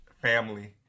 family